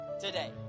Today